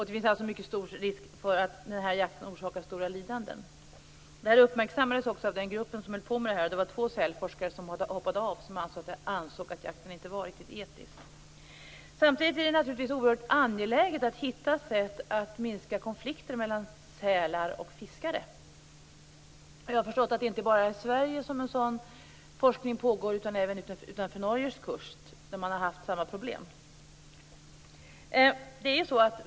Det finns alltså mycket stor risk för att den här jakten orsakar stora lidanden. Det här uppmärksammades också av den grupp som höll på med jakten. Det var två sälforskare som hoppade av. De ansåg att jakten inte var riktigt etisk. Samtidigt är det naturligtvis oerhört angeläget att hitta sätt att minska konflikter mellan sälar och fiskare. Jag har förstått att det inte bara är i Sverige som en sådan forskning pågår, utan det pågår även utanför Norges kust. Man har haft samma problem där.